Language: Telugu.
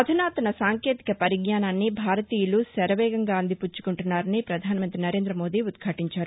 అధునాతన సాంకేతిక పరిజ్ఞానాన్ని భారతీయులు శరవేగంగా అందిపుచ్చు కుంటున్నారని పధాన మంత్రి నరేంద్ర మోదీ ఉద్యాటించారు